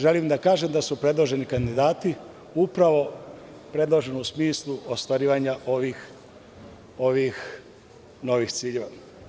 Želim da kažem da su predloženi kandidati upravo predloženi u smislu ostvarivanja ovih novih ciljeva.